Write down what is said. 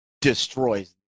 destroys